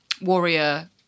warrior